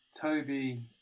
Toby